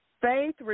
Faith